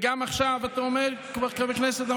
וגם עכשיו, אתה אומר, חבר הכנסת.